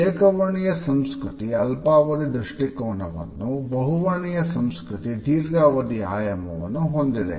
ಏಕವರ್ಣೀಯ ಸಂಸ್ಕೃತಿ ಅಲ್ಪಾವಧಿ ದೃಷ್ಟಿಕೋನವನ್ನು ಬಹುವರ್ಣೀಯ ಸಂಸ್ಕೃತಿ ದೀರ್ಘಾವಧಿಯ ಆಯಾಮವನ್ನು ಹೊಂದಿದೆ